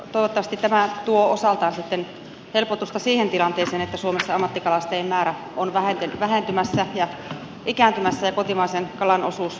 toivottavasti tämä tuo osaltaan sitten helpotusta siihen tilanteeseen että suomessa ammattikalastajien määrä on vähentymässä ja ikääntymässä ja kotimaisen kalan osuus ruokapöydässä on vähentynyt